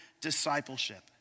discipleship